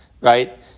right